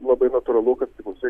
labai natūralu kad priklausai